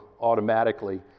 automatically